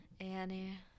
Annie